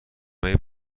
هایی